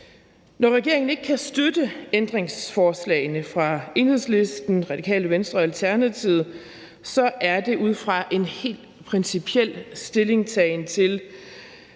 Når regeringen ikke kan støtte ændringsforslagene fra Enhedslisten, Radikale Venstre og Alternativet, er det ud fra en helt principiel stillingtagen til